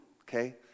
okay